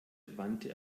wandte